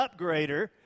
upgrader